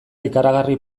ikaragarri